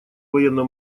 военно